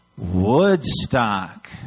Woodstock